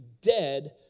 dead